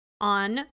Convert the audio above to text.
on